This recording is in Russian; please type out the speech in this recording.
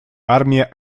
армия